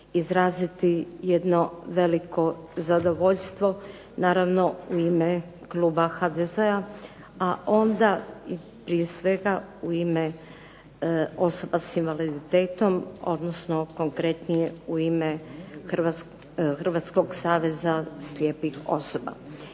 izraziti jedno veliko zadovoljstvo, naravno u ime Kluba HDZ-a, a onda u ime osoba s invaliditetom odnosno u ime Hrvatskog saveza slijepih osoba.